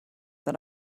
that